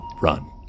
run